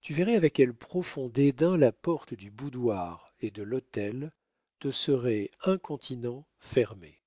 tu verrais avec quel profond dédain la porte du boudoir et de l'hôtel te serait incontinent fermée